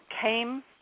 came